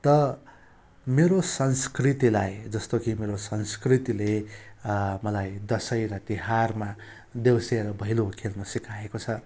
त मेरो संस्कृतिलाई जस्तो कि मेरो संस्कृतिले मलाई दसैँ र तिहारमा देउसी र भैलो खेल्नु सिकाएको छ